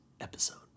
episode